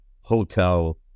hotel